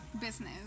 business